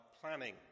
planning